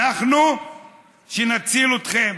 אנחנו נציל אתכם.